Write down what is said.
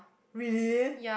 really